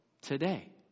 today